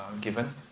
given